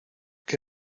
qué